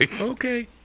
Okay